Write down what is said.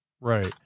Right